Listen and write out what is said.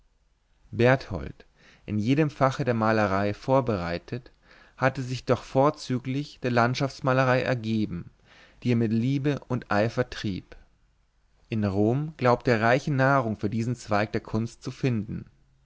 berthold in jedem fache der malerei vorbereitet hatte sich doch vorzüglich der landschaftsmalerei ergeben die er mit liebe und eifer trieb in rom glaubte er reiche nahrung für diesen zweig der kunst zu finden